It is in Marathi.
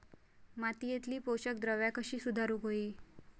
मातीयेतली पोषकद्रव्या कशी सुधारुक होई?